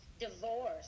divorce